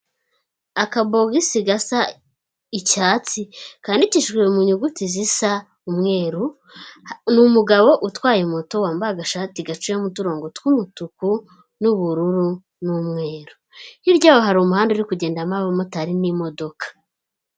Akabogisi gasa icyatsi, kandikishijwe mu nyuguti zisa umweru, ni umugabo utwaye moto wambaye agashati gaciyemo uturongo tw'umutuku n'ubururu n'umweru, hirya yaho hari umuhanda uri kugendamo abamotari n'imodoka.